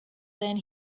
than